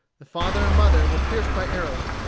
the father and mother were pierced by arrows,